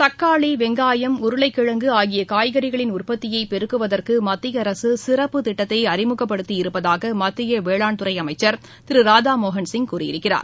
தக்காளி வெங்காயம் உருளைக்கிழங்கு ஆகிய காய்கறிகளின் உற்பத்தியை பெருக்குவதற்கு மத்திய அரசு சிறப்புத் திட்டத்தை அறிமுகப்படுத்தியிருப்பதாக மத்திய வேளாண் துறை அமைச்சர் திரு ராதாமோகன் சிங் கூறியிருக்கிறார்